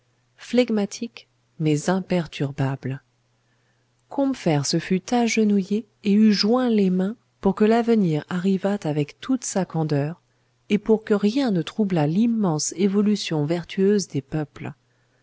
flegmatique mais imperturbable combeferre se fût agenouillé et eût joint les mains pour que l'avenir arrivât avec toute sa candeur et pour que rien ne troublât l'immense évolution vertueuse des peuples